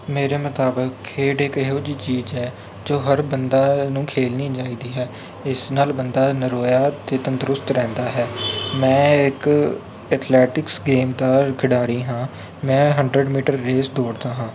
ਮੇਰੇ ਮੁਤਾਬਕ ਖੇਡ ਇੱਕ ਇਹੋ ਜਿਹੀ ਚੀਜ਼ ਹੈ ਜੋ ਹਰ ਬੰਦੇ ਨੂੰ ਖੇਡਣੀ ਚਾਹੀਦੀ ਹੈ ਇਸ ਨਾਲ ਬੰਦਾ ਨਰੋਇਆ ਅਤੇ ਤੰਦਰੁਸਤ ਰਹਿੰਦਾ ਹੈ ਮੈਂ ਇੱਕ ਐਥਲੈਟਿਕਸ ਗੇਮ ਦਾ ਖਿਡਾਰੀ ਹਾਂ ਮੈਂ ਹੰਡਰਡ ਮੀਟਰ ਰੇਸ ਦੌੜਦਾ ਹਾਂ